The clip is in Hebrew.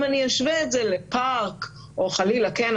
אם אני אשווה את זה לפארק, חלילה, כן?